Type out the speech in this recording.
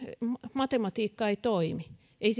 matematiikka ei toimi ei